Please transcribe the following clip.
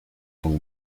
con